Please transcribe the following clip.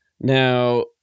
Now